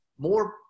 more